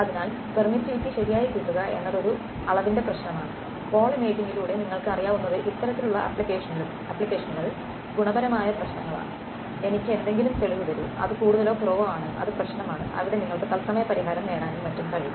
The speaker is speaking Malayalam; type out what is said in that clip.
അതിനാൽ പെർമിറ്റിവിറ്റി ശരിയായി കിട്ടുക എന്നത് ഒരു അളവിന്റെ പ്രശ്നമാണ് വോൾ ഇമേജിംഗിലൂടെ നിങ്ങൾക്ക് അറിയാവുന്നത് ഇത്തരത്തിലുള്ള ആപ്ലിക്കേഷനുകൾ ഗുണപരമായ പ്രശ്നങ്ങളാണ് എനിക്ക് എന്തെങ്കിലും തെളിവ് തരൂ അത് കൂടുതലോ കുറവോ ആണ് അത് പ്രശ്നമാണ് അവിടെ നിങ്ങൾക്ക് തത്സമയ പരിഹാരം നേടാനും മറ്റും കഴിയും